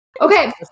Okay